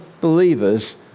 believers